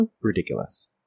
Ridiculous